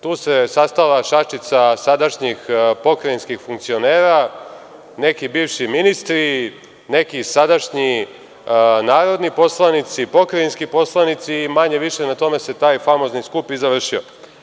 Tu se sastala šačica sadašnjih pokrajinskih funkcionera, neki bivši ministri, neki sadašnji narodni poslanici, pokrajinski poslanici i manje-više na tome se taj famozni skup i završio.